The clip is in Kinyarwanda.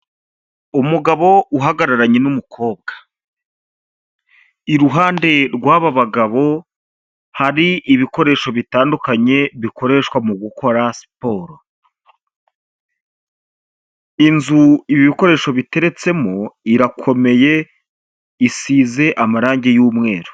Umugabo uhagararanye n'umubwo, iruhande rw'aba bagabo hari ibikoresho bitandukanye bikoreshwa mu gukora siporo, inzu ibi bikoresho biteretsemo, irakomeye isize amarangi y'umweru.